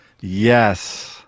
Yes